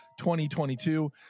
2022